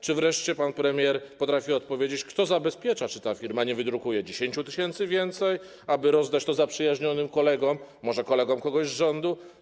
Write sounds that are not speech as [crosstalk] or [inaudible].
Czy wreszcie pan premier potrafi odpowiedzieć, kto zabezpiecza to, czy ta firma [noise] nie wydrukuje ich 10 tys. więcej, aby rozdać to zaprzyjaźnionym kolegom, może kolegom kogoś z rządu?